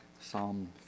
Psalm